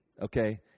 okay